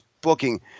booking